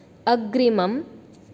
अग्रिमम्